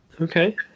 Okay